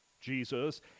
Jesus